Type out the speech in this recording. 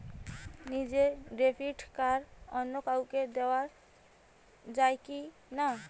নিজের debit card অন্য কাউকে দেওয়া যায় কি না?